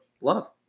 love